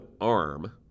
arm